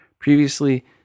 Previously